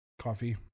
Coffee